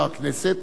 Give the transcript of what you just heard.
זה הכנסת.